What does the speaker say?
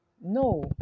no